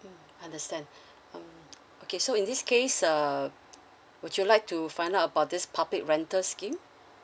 mm understand um okay so in this case uh would you like to find out about this public rental scheme